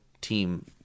team